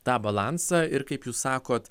tą balansą ir kaip jūs sakot